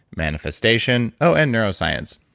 manifestation, oh and neuroscience,